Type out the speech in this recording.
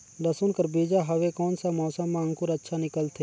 लसुन कर बीजा हवे कोन सा मौसम मां अंकुर अच्छा निकलथे?